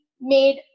made